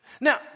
Now